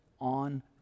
on